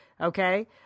Okay